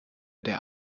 der